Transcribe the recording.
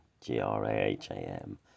g-r-a-h-a-m